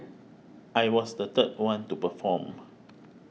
I was the third one to perform